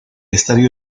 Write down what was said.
estadio